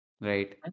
right